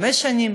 חמש שנים,